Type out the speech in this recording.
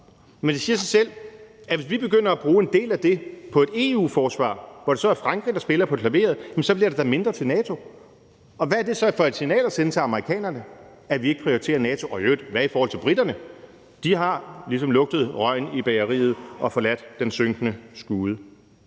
Men det siger sig selv, at hvis vi begynder at bruge en del af det på et EU-forsvar, hvor det så er Frankrig, der spiller på klaveret, så bliver der da mindre til NATO. Hvad er det så for et signal at sende til amerikanerne, at vi ikke prioriterer NATO? Og hvad med briterne i øvrigt? De har ligesom lugtet røgen i bageriet og forladt den synkende skude.